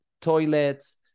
toilets